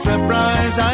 Surprise